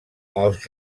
els